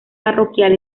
parroquial